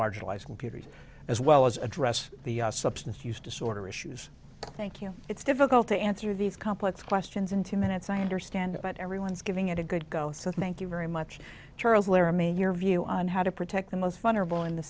marginalized computers as well as address the substance use disorder issues thank you it's difficult to answer these complex questions in two minutes i understand but everyone's giving it a good go so thank you very much charles laramie your view on how to protect the most fun or bill in the